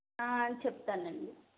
చెప్తానండి